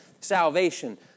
salvation